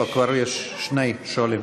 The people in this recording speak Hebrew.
לא, כבר יש שני שואלים.